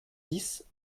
dix